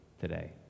today